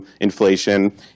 inflation